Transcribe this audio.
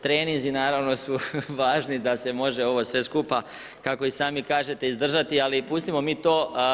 Treninzi naravno su važni da se može ovo sve skupa, kako i sami kažete izdržati, ali pustimo mi to.